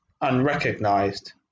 unrecognised